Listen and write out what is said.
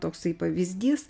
toksai pavyzdys